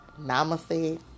Namaste